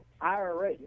IRA